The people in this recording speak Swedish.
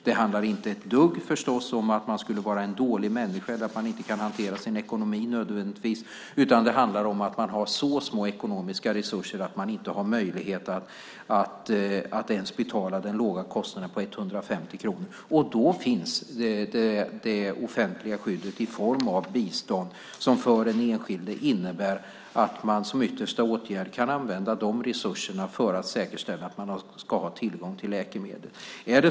Det handlar förstås inte ett dugg om att man skulle vara en dålig människa eller att man inte kan hantera sin ekonomi, utan det handlar om att man har så små ekonomiska resurser att man inte har möjlighet att ens betala den låga kostnaden på 150 kronor. Då finns det offentliga skyddet i form av bistånd. För den enskilde innebär det att man som yttersta åtgärd kan använda dessa resurser för att säkerställa att man ska ha tillgång till läkemedel.